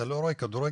אתה לא רואה כדורגל?",